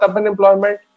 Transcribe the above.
unemployment